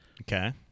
Okay